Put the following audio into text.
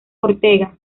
ortega